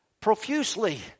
profusely